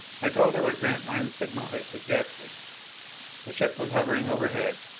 i told her what grantline's signal had suggested the ship was hovering overhead.